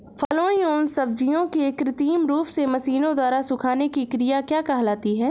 फलों एवं सब्जियों के कृत्रिम रूप से मशीनों द्वारा सुखाने की क्रिया क्या कहलाती है?